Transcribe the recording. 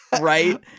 Right